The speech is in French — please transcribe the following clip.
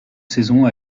saison